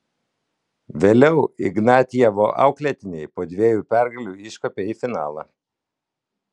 vėliau ignatjevo auklėtiniai po dviejų pergalių iškopė į finalą